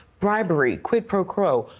bribery, quid pro quo,